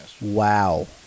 Wow